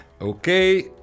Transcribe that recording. Okay